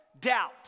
doubt